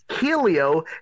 Helio